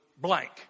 blank